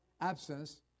absence